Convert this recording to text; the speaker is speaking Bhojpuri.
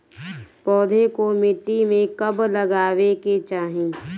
पौधे को मिट्टी में कब लगावे के चाही?